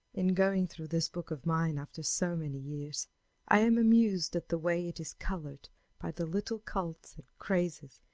in going through this book of mine after so many years i am amused at the way it is colored by the little cults and crazes,